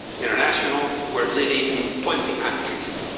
international, were living in twenty countries.